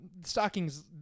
stockings